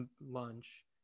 lunch